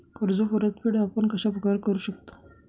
कर्ज परतफेड आपण कश्या प्रकारे करु शकतो?